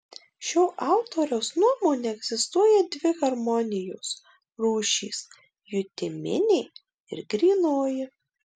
šio autoriaus nuomone egzistuoja dvi harmonijos rūšys jutiminė ir grynoji